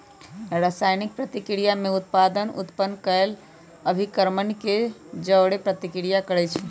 रसायनिक प्रतिक्रिया में उत्पाद उत्पन्न केलेल अभिक्रमक के जओरे प्रतिक्रिया करै छै